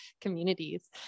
communities